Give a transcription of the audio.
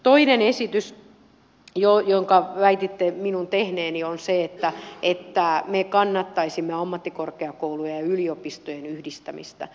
toinen esitys jonka väititte minun tehneen on se että me kannattaisimme ammattikorkeakoulujen ja yliopistojen yhdistämistä